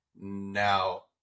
Now